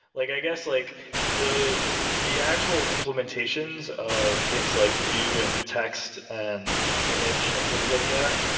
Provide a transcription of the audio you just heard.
like i guess like the the actual implementations of things like view and text and image and things like that,